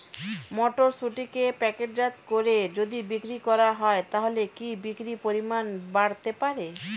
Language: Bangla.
মটরশুটিকে প্যাকেটজাত করে যদি বিক্রি করা হয় তাহলে কি বিক্রি পরিমাণ বাড়তে পারে?